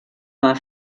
mal